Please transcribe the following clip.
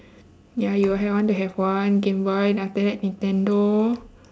ya you will have want to have one gameboy then after that nintendo